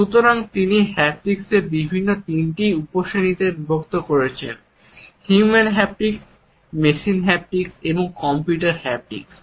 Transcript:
সুতরাং তিনি হ্যাপটিক্সকে তিনটি উপশ্রেণীতে বিভক্ত করেছেন হিউম্যান হ্যাপটিক্স মেশিন হ্যাপটিক্স এবং কম্পিউটার হ্যাপটিক্স